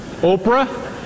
Oprah